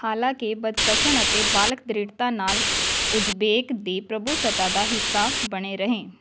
ਹਾਲਾਂਕਿ ਬਦਕਸ਼ਣ ਅਤੇ ਬਾਲਕ ਦ੍ਰਿੜ੍ਹਤਾ ਨਾਲ ਉਜ਼ਬੇਕ ਦੀ ਪ੍ਰਭੁਸੱਤਾ ਦਾ ਹਿੱਸਾ ਬਣੇ ਰਹੇ